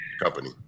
Company